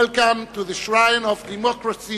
Welcome to the shrine of democracy,